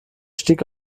stieg